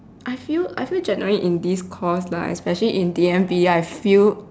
I feel I feel generally in this course lah especially in D_M_B I feel